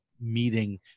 meeting